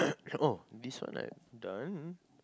this one I done